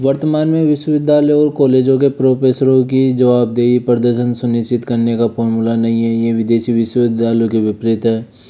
वर्तमान में विश्वविद्यालय और कॉलेजों के प्रोफेसरों की जवाबदेही प्रदर्शन सुनिश्चित करने का फॉर्मूला नहीं है यह विदेशी विश्वविद्यालयों के विपरीत है